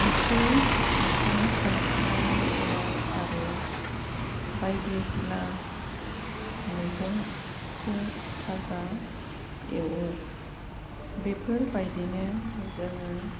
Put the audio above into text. ओंख्रै ओंखाम संखांनायनि उनाव आरो बायदिसिना मैगंखौ फाजा एवो बेफोरबायदिनो जोङो